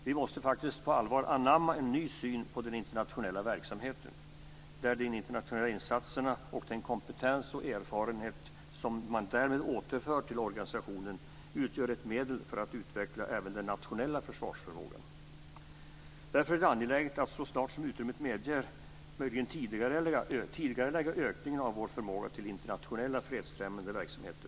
Vi måste faktiskt på allvar anamma en ny syn på den internationella verksamheten, där de internationella insatserna och den kompetens och erfarenhet som man därmed återför till organisationen, utgör ett medel för att utveckla även den nationella försvarsförmågan. Därför är det angeläget att, så snart som utrymmet medger det, tidigarelägga ökningen av vår förmåga till internationell fredsfrämjande verksamhet.